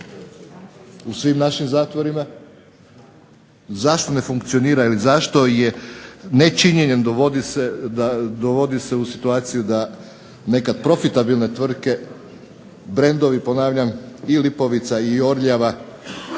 u svim našim zatvorima, zašto ne funkcionira, već zašto nečinjenjem dovodi se u situaciju da nekad profitabilne tvrtke, brandovi, ponavljam i Lipovica i Orljava